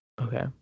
Okay